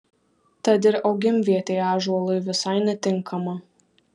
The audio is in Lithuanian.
tad ir augimvietė ąžuolui visai netinkama